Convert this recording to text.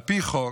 על פי חוק,